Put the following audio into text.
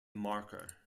marker